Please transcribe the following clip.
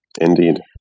Indeed